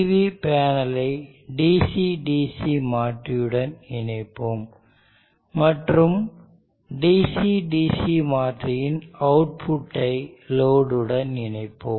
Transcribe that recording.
V பேனலை DC DC மாற்றி உடன் இணைப்போம்மற்றும் DC DC மாற்றியின்அவுட்புட் ஐலோடு உடன்இணைப்போம்